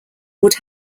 would